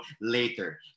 later